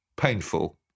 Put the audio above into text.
Painful